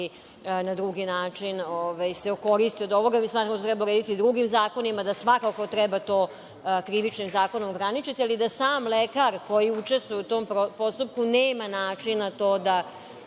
na drugi način se okoristi od ovoga. Smatramo da to treba urediti drugim zakonima i svakako treba Krivičnim zakonom ograničiti, ali da sam lekar, koji učestvuje u tom postupku, nema načina da